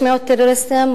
600 טרוריסטים,